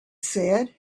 said